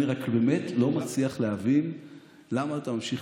אני רק באמת לא מצליח להבין למה אתה ממשיך